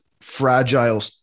fragile